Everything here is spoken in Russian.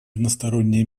односторонние